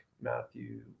matthew